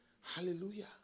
Hallelujah